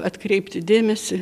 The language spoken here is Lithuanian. atkreipti dėmesį